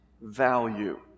value